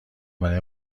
برای